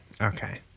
Okay